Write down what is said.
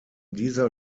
dieser